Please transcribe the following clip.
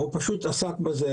הוא פשוט עסק בזה.